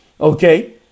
okay